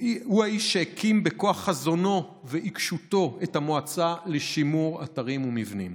הוא האיש שהקים בכוח חזונו ועיקשותו את המועצה לשימור אתרים ומבנים.